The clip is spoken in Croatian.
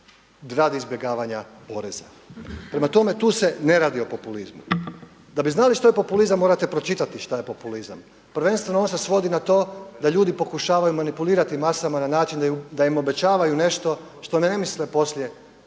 bankama radi izbjegavanja poreza. Prema tome, tu se ne radi o populizmu. Da bi znali što je populizam, morate pročitati što je populizam. Prvenstveno on se svodi na to da ljudi pokušavaju manipulirati masama na način da im obećavaju nešto što ne misle poslije